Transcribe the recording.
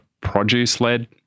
produce-led